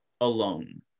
alone